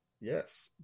yes